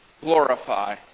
glorify